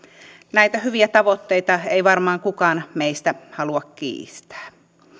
näitä hyviä tavoitteita ei varmaan kukaan meistä halua kiistää